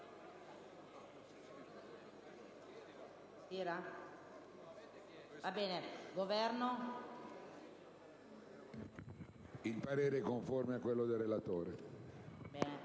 Il parere è conforme a quello del relatore.